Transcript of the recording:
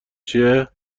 چیه